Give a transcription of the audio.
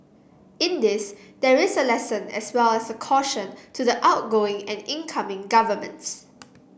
in this there is a lesson as well as a caution to the outgoing and incoming governments